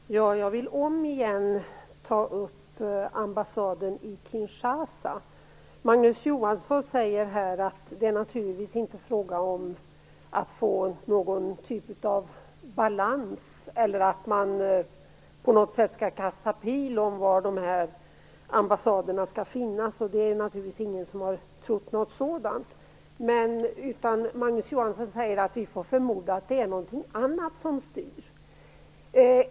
Herr talman! Jag vill om igen ta upp ambassaden i Kinshasa. Magnus Johansson säger att det naturligtvis inte är fråga om att få någon typ av balans eller om att man på något sätt skall kasta pil om var ambassaderna skall finnas. Det är naturligtvis ingen som har trott något sådant. Magnus Johansson säger att vi får förmoda att det är någonting annat som styr.